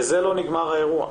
בזה עוד לא נגמר האירוע.